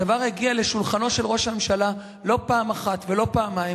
הדבר הגיע לשולחנו של ראש הממשלה לא פעם ולא פעמיים.